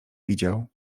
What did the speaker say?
widział